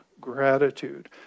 gratitude